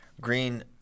Green